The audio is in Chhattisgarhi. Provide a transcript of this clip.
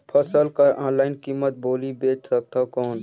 फसल कर ऑनलाइन कीमत बोली बेच सकथव कौन?